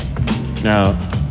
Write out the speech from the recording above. now